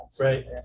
right